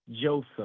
Joseph